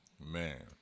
Man